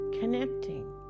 connecting